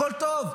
הכול טוב.